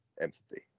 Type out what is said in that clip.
empathy